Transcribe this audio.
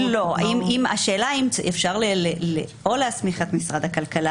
השאלה אם אפשר או להסמיך את משרד הכלכלה